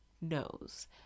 knows